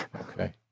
Okay